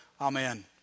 Amen